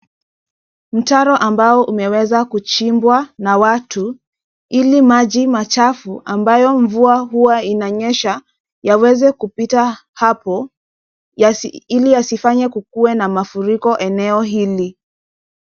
Mtaro ambao umeweza kuchimbwa na watu ili maji machafu ambayo mvua huwa inanyesha yaweze kupita hapo ili yasifanye kukuwe na mafuriko eneo hili.